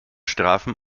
strafen